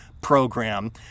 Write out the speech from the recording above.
Program